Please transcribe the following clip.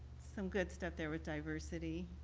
some good stuff. there was diversity